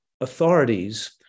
authorities